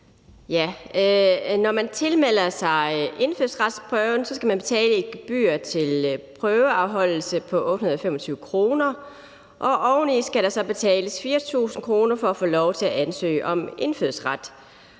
Når man tilmelder sig indfødsretsprøven, skal man betale et gebyr for prøveafholdelse på 825 kr., og oveni skal der så betales 4.000 kr. for at få lov til at ansøge om indfødsret,